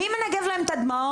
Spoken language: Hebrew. מי מנגב להם את הדמעות,